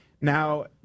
Now